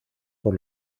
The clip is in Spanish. por